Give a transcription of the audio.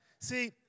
See